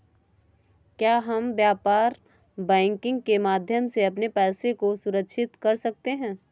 क्या हम व्यापार बैंकिंग के माध्यम से अपने पैसे को सुरक्षित कर सकते हैं?